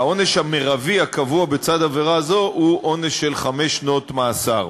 העונש המרבי הקבוע בצד עבירה זו הוא עונש של חמש שנות מאסר.